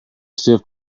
stiff